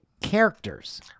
characters